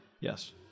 Yes